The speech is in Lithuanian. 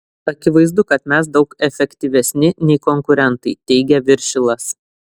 akivaizdu kad mes daug efektyvesni nei konkurentai teigia viršilas